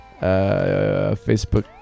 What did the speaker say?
Facebook